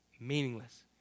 Meaningless